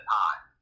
time